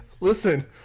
Listen